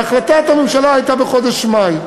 החלטת הממשלה הייתה בחודש מאי.